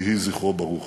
יהי זכרו ברוך.